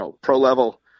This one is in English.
pro-level